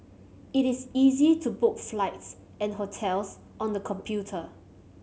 it is easy to book flights and hotels on the computer